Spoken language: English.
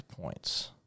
points